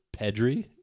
Pedri